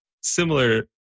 similar